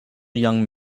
young